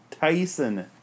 Tyson